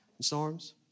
Storms